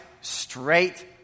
straight